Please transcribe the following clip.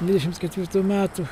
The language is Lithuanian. dvidešims ketvirtų metų